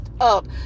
up